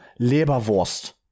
Leberwurst